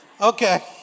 okay